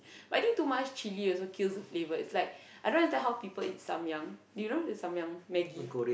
but I think too much chilli also kills the flavour like I don't under how people eat Samyang you know the Samyang maggi